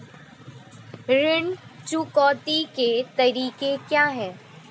ऋण चुकौती के तरीके क्या हैं?